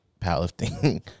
powerlifting